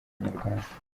inyarwanda